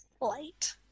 light